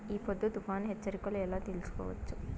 ఈ పొద్దు తుఫాను హెచ్చరికలు ఎలా తెలుసుకోవచ్చు?